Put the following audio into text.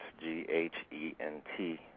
G-H-E-N-T